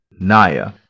Naya